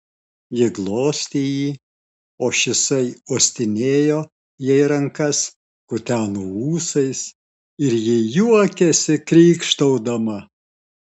ji glostė jį o šisai uostinėjo jai rankas kuteno ūsais ir ji juokėsi krykštaudama